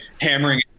hammering